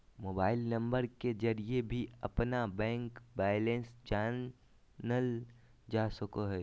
mobile number के जरिए भी अपना बैंक बैलेंस जानल जा सको हइ